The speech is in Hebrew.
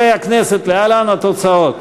חברי הכנסת, להלן התוצאות: